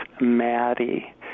Maddie